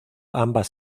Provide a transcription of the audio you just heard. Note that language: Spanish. ambas